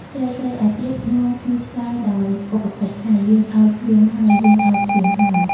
ស្រីៗឯទៀតនាំគ្នាឆ្លើយដោយឧបកិច្ចថា យើងឲ្យភ្លៀងហើយ! យើងឲ្យភ្លៀងហើយ ! ។